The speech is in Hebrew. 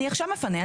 אני עכשיו מפנה,